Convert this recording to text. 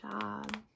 job